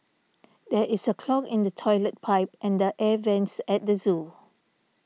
there is a clog in the Toilet Pipe and the Air Vents at the zoo